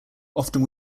often